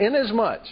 inasmuch